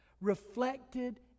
reflected